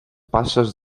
passes